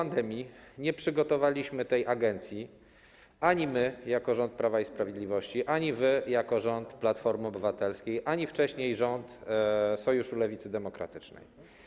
Nie przygotowaliśmy tej agencji do walki z pandemią - ani my jako rząd Prawa i Sprawiedliwości, ani wy - rząd Platformy Obywatelskiej, ani wcześniej rząd Sojuszu Lewicy Demokratycznej.